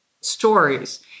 stories